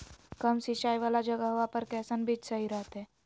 कम सिंचाई वाला जगहवा पर कैसन बीज सही रहते?